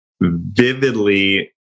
vividly